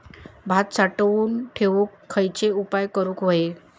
भात साठवून ठेवूक खयचे उपाय करूक व्हये?